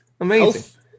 Amazing